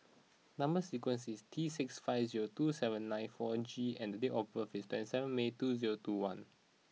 number sequence is T six five zero two seven nine four G and the date of birth is twenty seven May two zero two one